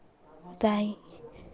time